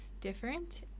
different